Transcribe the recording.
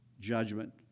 judgment